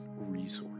resource